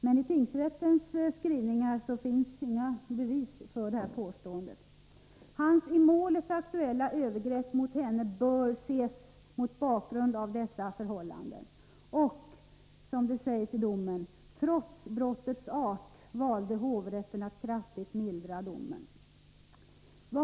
Men i tingsrättens skrivningar finns det inte några bevis för detta påstående. Det sägs vidare att hans i målet aktuella övergrepp mot henne bör ses mot bakgrund av dessa förhållanden. Trots brottets art, som det sägs i domen, valde hovrätten att kraftigt mildra domen.